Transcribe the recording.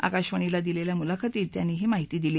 आकाशवाणीला दिलेल्या मुलाखतीत त्यांनी ही माहिती दिली